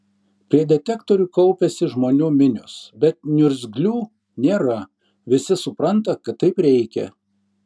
prie detektorių kaupiasi žmonių minios bet niurzglių nėra visi supranta kad taip reikia